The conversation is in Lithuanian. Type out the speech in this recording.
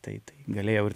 tai tai galėjau ir